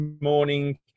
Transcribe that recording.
morning